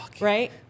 right